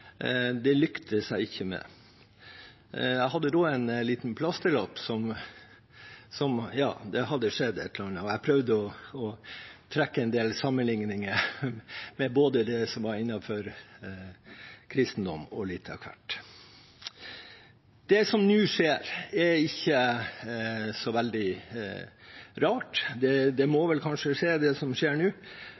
Det lyktes jeg ikke med. Jeg hadde da en liten plasterlapp fordi det hadde skjedd et eller annet, og jeg prøvde å trekke en del sammenligninger med det som er innenfor kristendom, og litt av hvert. Det som nå skjer, er ikke så veldig rart. Det må vel kanskje skje, det som skjer nå.